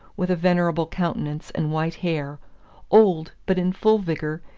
with a venerable countenance and white hair old, but in full vigor,